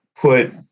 put